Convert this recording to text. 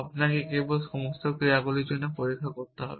আপনাকে কেবল সমস্ত ক্রিয়াগুলির জন্য পরীক্ষা করতে হবে